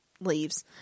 leaves